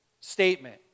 statement